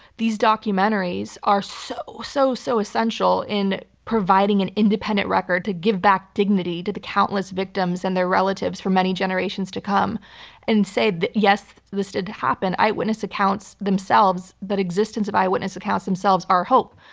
these documentaries are so, so, so essential in providing an independent record to give back dignity to the countless victims and their relatives for many generations to come and say, yes, this did happen. eyewitness accounts themselves, that existence of eyewitness accounts themselves are hope.